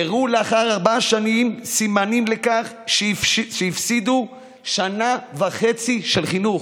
הראו לאחר ארבע שנים סימנים לכך שהפסידו שנה וחצי של חינוך.